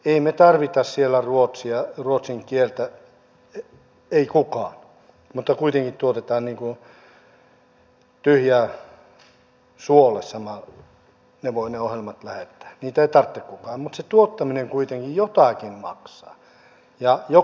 ei siellä tarvita ruotsin kieltä ei kukaan mutta kuitenkin tuotetaan niin kuin tyhjää suolle samalla ne ohjelmat voi lähettää niitä ei tarvitse kukaan mutta se tuottaminen kuitenkin jotakin maksaa ja joku sen tekee